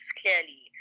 clearly